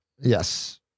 Yes